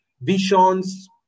visions